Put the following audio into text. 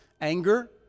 anger